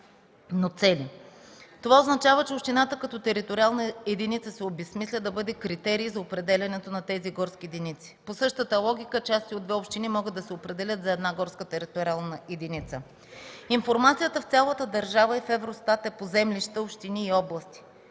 но цели. Това означава, че общината като териториална единица се обезсмисля да бъде критерий за определянето на тези горски единици. По същата логика части от две общини могат да се определят за една горска териториална единица. Информацията в цялата държава и в „Евростат” е по землища, общини и области.